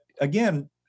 again